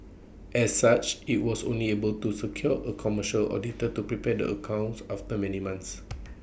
as such IT was only able to secure A commercial auditor to prepare the accounts after many months